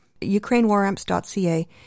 ukrainewaramps.ca